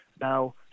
Now